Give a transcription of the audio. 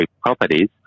properties